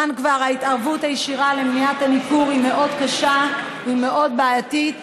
כאן ההתערבות הישירה למניעת הניכור היא כבר מאוד קשה והיא מאוד בעייתית,